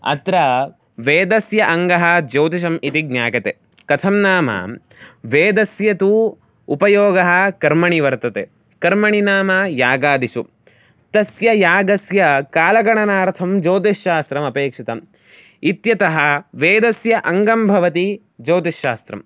अत्र वेदस्य अङ्गः ज्योतिषम् इति ज्ञायते कथं नाम वेदस्य तु उपयोगः कर्मणि वर्तते कर्मणि नाम यागादिषु तस्य यागस्य कालगणनार्थं ज्योतिषशास्त्रमपेक्षितम् इत्यतः वेदस्य अङ्गं भवति ज्योतिषशास्त्रम्